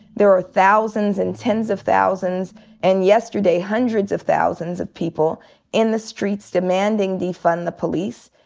there are thousands and tens of thousands and yesterday hundreds of thousands of people in the streets demanding, defund the police.